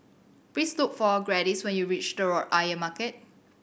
please look for Gladys when you reach Telok Ayer Market